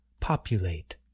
populate